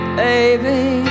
baby